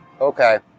Okay